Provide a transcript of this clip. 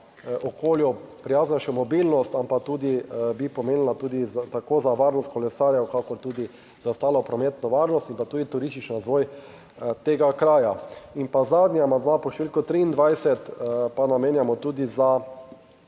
okolju prijaznejšo mobilnost, ampak tudi bi pomenila tudi tako za varnost kolesarjev, kakor tudi za ostalo prometno varnost in pa tudi turistični razvoj tega kraja. In pa zadnji amandma, pod številko 23 pa namenjamo tudi za